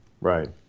Right